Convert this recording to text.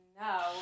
no